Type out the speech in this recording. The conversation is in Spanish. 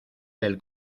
del